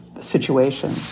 situation